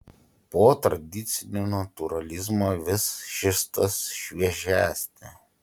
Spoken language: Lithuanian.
po tradicinio natūralizmo vis šis tas šviežesnio